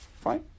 fine